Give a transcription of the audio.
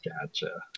Gotcha